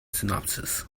synopsis